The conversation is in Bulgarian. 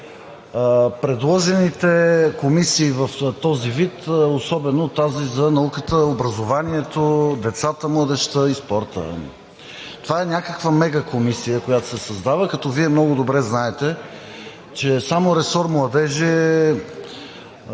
предложените комисии в този вид, особено тази за науката, образованието, децата, младежта и спорта. Това е някаква мега комисия, която се създава, като Вие много добре знаете, че само ресор „Младежи“ е